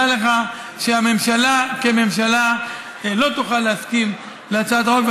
דע לך שהממשלה כממשלה לא תוכל להסכים להצעת החוק,